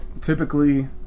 typically